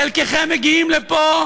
חלקכם מגיעים לפה